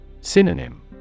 Synonym